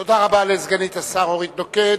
תודה רבה לסגנית השר אורית נוקד.